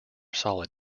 solid